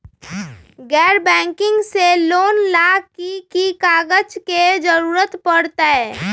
गैर बैंकिंग से लोन ला की की कागज के जरूरत पड़तै?